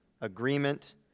agreement